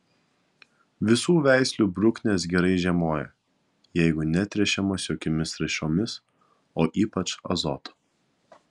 visų veislių bruknės gerai žiemoja jeigu netręšiamos jokiomis trąšomis o ypač azoto